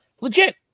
Legit